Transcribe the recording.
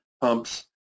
pumps